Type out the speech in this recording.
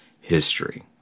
history